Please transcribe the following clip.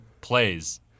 plays